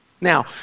Now